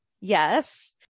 Yes